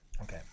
Okay